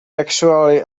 actually